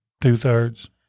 Two-thirds